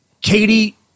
Katie